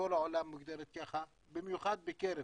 בכל העולם היא מוגדרת ככה, במיוחד בקרב